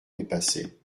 dépassée